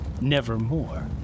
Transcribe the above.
nevermore